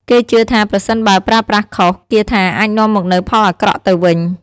គេជឿថាប្រសិនបើប្រើប្រាស់ខុស គាថាអាចនាំមកនូវផលអាក្រក់ទៅវិញ។